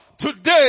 today